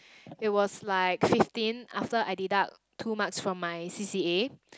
it was like fifteen after I deduct two marks from my C_C_A